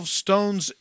stones